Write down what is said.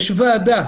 יש ועדה.